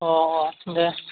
অঁ অঁ অঁ দে